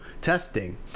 testing